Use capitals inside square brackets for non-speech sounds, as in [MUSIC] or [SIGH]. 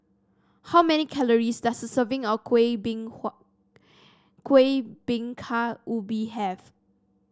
how many calories does a serving of kuih [UNINTELLIGIBLE] Kuih Bingka Ubi have